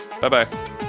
bye-bye